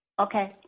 Okay